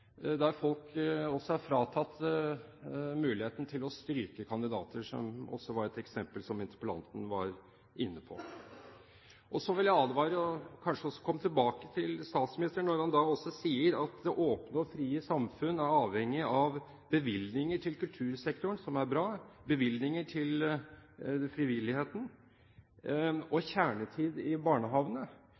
der folk er fratatt muligheten til å stryke kandidater, som også var et eksempel interpellanten var inne på. Så vil jeg advare mot og komme tilbake til det statsministeren sier at det åpne og frie samfunn er avhengig av bevilgninger til kultursektoren, som er bra, av bevilgninger til frivilligheten og kjernetid i barnehagene.